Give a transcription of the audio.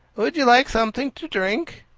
would you like something to drink?